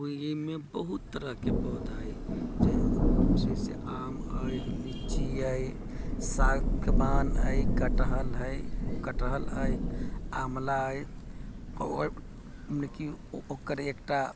ओहिमे बहुत तरहके पौधा अइ जैसे आम अछि लीची अछि सागबान अछि कटहल हइ कटहल अछि आमला अछि ओ मने कि ओकर एकटा